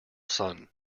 sun